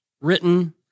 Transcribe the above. written